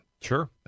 Sure